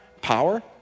power